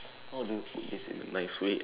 how do you put this in a nice way